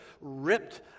ripped